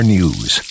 News